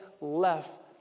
left